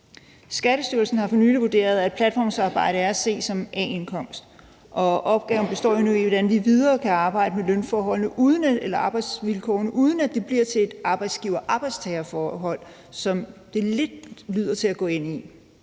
Skattestyrelsen har for nylig vurderet, at platformsarbejde er at se som A-indkomst, og opgaven består nu i, hvordan vi videre kan arbejde med arbejdsvilkårene, uden at de bliver til et arbejdsgiver-arbejdstager-forhold, som det lidt lyder til at gå ind i.